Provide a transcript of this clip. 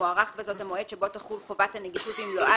מוארך בזאת המועד שבו תחול חובת הנגישות במלואה